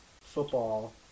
football